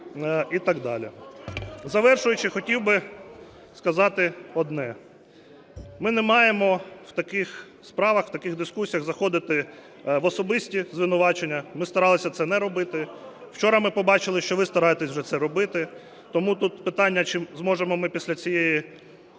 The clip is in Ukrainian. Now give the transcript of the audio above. і так далі. Завершуючи, хотів би сказати одне. Ми не маємо в таких справах, в таких дискусіях заходити в особисті звинувачення, ми старалися це не робити. Вчора ми побачили, що ви стараєтесь вже це робити. Тому тут питання, чи зможемо ми після цієї